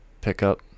pickup